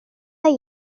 del